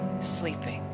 sleeping